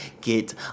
Get